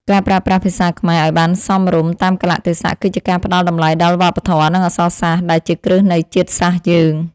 ការប្រើប្រាស់ភាសាខ្មែរឱ្យបានសមរម្យតាមកាលៈទេសៈគឺជាការផ្តល់តម្លៃដល់វប្បធម៌ និងអក្សរសាស្ត្រដែលជាគ្រឹះនៃជាតិសាសន៍យើង។